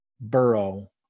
Burrow